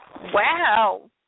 Wow